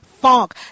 funk